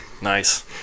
Nice